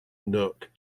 nook